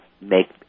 make